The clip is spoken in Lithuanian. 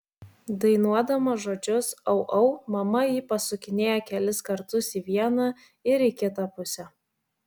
dainuodama žodžius au au mama jį pasukinėja kelis kartus į vieną ir į kitą pusę